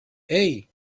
hey